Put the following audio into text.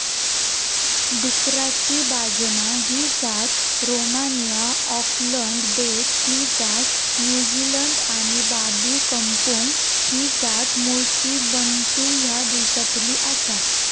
डुकराची बाजना ही जात रोमानिया, ऑकलंड बेट ही जात न्युझीलंड आणि बाबी कंपुंग ही जात मूळची बंटू ह्या देशातली आसा